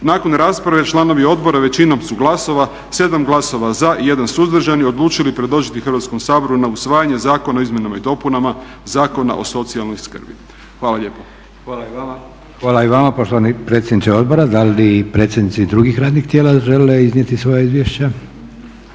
Nakon rasprave članovi odbora većinom su glasova 7 glasova za i 1 suzdržani odlučili predložiti Hrvatskom saboru na usvajanje Zakon o izmjenama i dopunama Zakona o socijalnoj skrbi. Hvala lijepo. **Leko, Josip (SDP)** Hvala i vama poštovani predsjedniče Odbora. Da li predsjednici drugih radnih tijela žele iznijeti svoja izvješća?